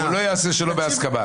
הוא לא יעשה שלא בהסכמה.